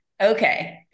Okay